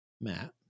Matt